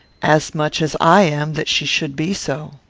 as much as i am that she should be so.